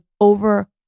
over